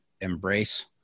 Embrace